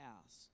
house